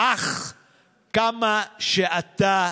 מהכישלון